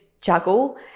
juggle